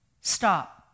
stop